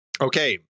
okay